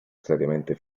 seriamente